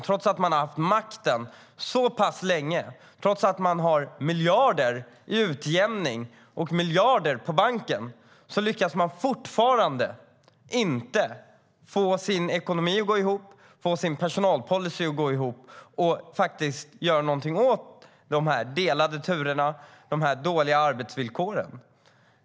Trots att Socialdemokraterna har haft makten länge och att man får miljarder i utjämning och har miljarder på banken lyckas man fortfarande inte få sin ekonomi och sin personalpolicy att gå ihop, så att man faktiskt gör något åt de delade turerna och de dåliga arbetsvillkoren.